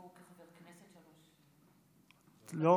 לא?